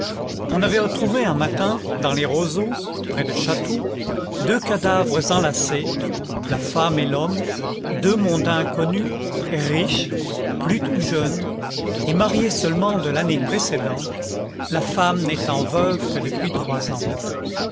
on avait retrouvé un matin dans les roseaux près de chatou deux cadavres enlacés la femme et l'homme deux mondains connus riches plus tout jeunes et mariés seulement de l'année précédente la femme n'étant veuve que depuis trois ans